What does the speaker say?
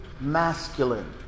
masculine